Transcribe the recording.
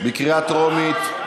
בקריאה טרומית.